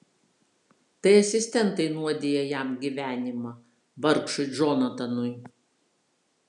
tai asistentai nuodija jam gyvenimą vargšui džonatanui